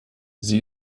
sie